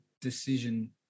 decision